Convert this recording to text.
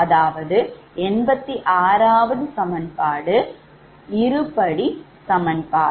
அதாவது 86 ஆவது சமன்பாடு இருபடி சமன்பாடு